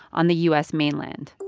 on the u s. mainland.